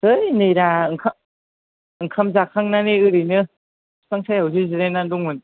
है नैब्रा ओंखाम ओंखाम जाखांनानै ओरैनो बिफां सायायावसो जिरायना दंमोन